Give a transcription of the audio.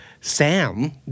Sam